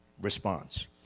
response